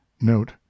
Note